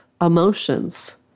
emotions